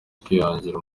kwihangira